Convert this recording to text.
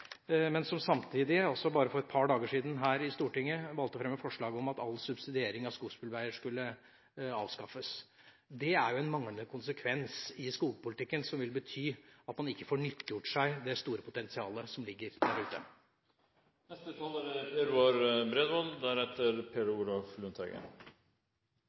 men som samtidig, for bare et par dager siden her i Stortinget, valgte å fremme forslag om at all subsidiering av skogsbilveier skulle avskaffes. Det er en manglende konsekvens i skogpolitikken som vil bety at man ikke får nyttiggjort seg det store potensialet som ligger